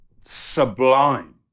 sublime